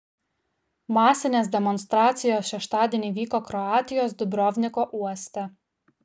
masinės demonstracijos šeštadienį vyko kroatijos dubrovniko uoste